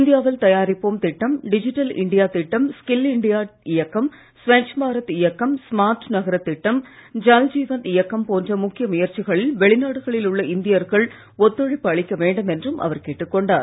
இந்தியாவில் தயாரிப்போம் திட்டம் டிஜிட்டல் இண்டியா திட்டம் ஸ்கில் இண்டியா இயக்கம் ஸ்வச் பாரத் இயக்கம் ஸ்மார்ட் நகரத் திட்டம் ஜல்ஜீவன் இயக்கம் போன்ற முக்கிய முயற்சிகளில் வெளிநாடுகளில் உள்ள இந்தியர்கள் ஒத்துழைப்பு அளிக்க வேண்டும் என்றும் அவர் கேட்டுக் கொண்டார்